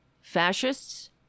Fascists